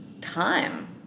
time